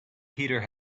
peter